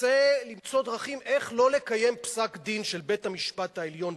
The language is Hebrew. מנסה למצוא דרכים איך לא לקיים פסק-דין של בית-המשפט העליון,